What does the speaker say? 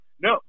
no